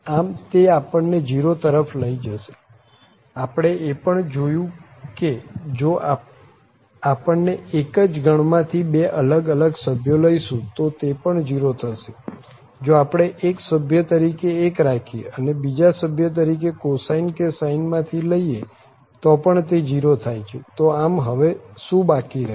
આમ તે આપણ ને 0 તરફ લઇ જશે આપણે એ પણ જોયું કે જો આપણે એક જ ગણ માં થી બે અલગ અલગ સભ્યો લઈશું તો પણ તે 0 થશે જો આપણે એક સભ્ય તરીકે 1 રાખીએ અને બીજા સભ્ય તરીકે cosine કે sine માં થી લઈએ તો પણ તે 0 થાય છે તો આમ હવે શું બાકી રહ્યું